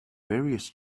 various